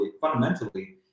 fundamentally